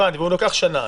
הבנתי, והוא קיבל שנה.